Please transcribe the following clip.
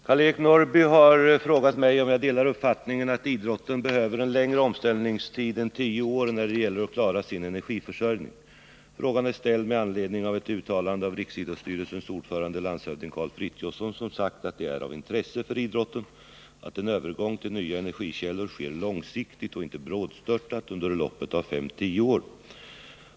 Herr talman! Karl-Eric Norrby har frågat mig om jag delar uppfattningen attidrotten behöver en längre omställningstid än tio år när det gäller att klara sin energiförsörjning. Frågan är ställd med anledning av ett uttalande av riksidrottsstyrelsens ordförande, landshövding Karl Fritiofsson, som sagt att det är av intresse för idrotten att en övergång till nya energikällor sker långsiktigt och inte brådstörtat under loppet av fem till tio år.